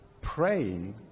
praying